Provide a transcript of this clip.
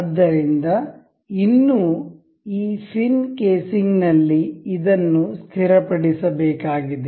ಆದ್ದರಿಂದ ಇನ್ನೂ ಈ ಫಿನ್ ಕೇಸಿಂಗ್ ನಲ್ಲಿ ಇದನ್ನು ಸ್ಥಿರಪಡಿಸಬೇಕಾಗಿದೆ